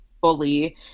bully